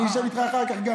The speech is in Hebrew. אני אשב איתך גם אחר כך.